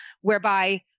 whereby